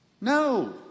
no